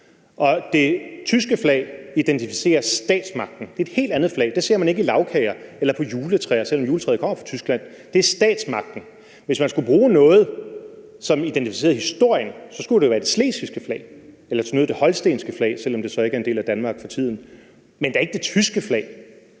det tyske flag symboliserer statsmagten. Det er et helt andet flag. Man ser det ikke i lagkager eller på juletræer, selv om juletræet kommer fra Tyskland. Det er statsmagten. Hvis man skulle bruge noget, som repræsenterede historien, så skulle det være det slesvigske flag eller til nød det holstenske flag, selv om det så ikke er en del af Danmark for tiden, men da ikke det tyske flag.